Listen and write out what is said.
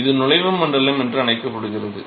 இது நுழைவு மண்டலம் என்று அழைக்கப்படுகிறது